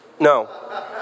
No